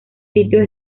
sitio